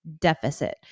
deficit